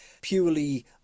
purely